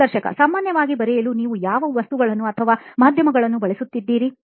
ಸಂದರ್ಶಕ ಸಾಮಾನ್ಯವಾಗಿ ಬರೆಯಲು ನೀವು ಯಾವ ವಸ್ತುಗಳನ್ನು ಅಥವಾ ಮಾಧ್ಯಮಗಳನ್ನು ಬಳಸಿದ್ದೀರಿ